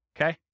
Okay